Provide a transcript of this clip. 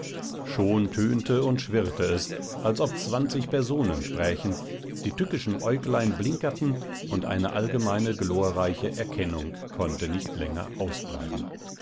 schon tönte und schwirrte es als ob zwanzig personen sprächen die tückischen äuglein blinkerten und eine allgemeine glorreiche erkennung konnte nicht länger ausbleiben